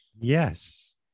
Yes